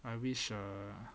I wish err